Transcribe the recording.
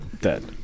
dead